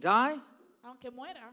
die